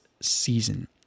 season